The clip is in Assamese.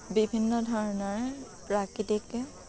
বিভিন্ন ধৰণৰ প্ৰাকৃতিক